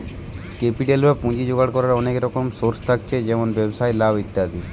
capital বা পুঁজি জোগাড় কোরার অনেক রকম সোর্স থাকছে যেমন ব্যবসায় লাভ ইত্যাদি